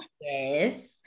Yes